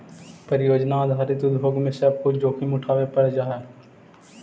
परियोजना आधारित उद्योग में कुछ जोखिम उठावे पड़ जा हई